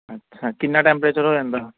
ਅੱਛਾ ਕਿੰਨਾਂ ਟੈਂਪਰੇਚਰ ਹੋ ਜਾਂਦਾ